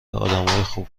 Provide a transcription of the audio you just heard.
خوب